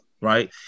Right